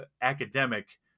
academic